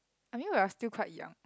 I mean we are still quite young